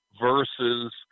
versus